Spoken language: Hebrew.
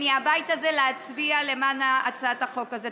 מהבית הזה להצביע למען הצעת החוק הזאת.